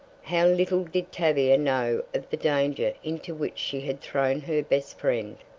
how little did tavia know of the danger into which she had thrown her best friend!